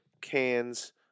cans